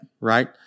Right